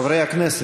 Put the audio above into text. חברי הכנסת,